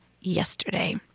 yesterday